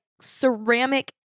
ceramic